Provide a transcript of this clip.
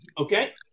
Okay